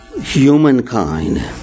humankind